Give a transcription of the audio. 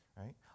right